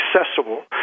accessible